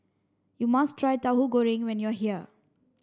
you must try Tauhu Goreng when you are here